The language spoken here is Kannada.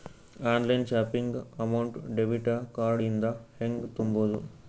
Online shopping amount debit card ಇಂದ ಹೆಂಗ್ ತುಂಬೊದು?